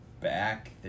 back